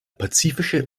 pazifische